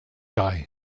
guy